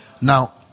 Now